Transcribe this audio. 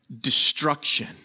destruction